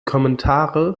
kommentare